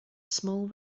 small